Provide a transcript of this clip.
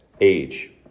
age